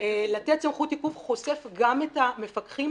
לתת סמכות עיכוב חושף גם את המפקחים,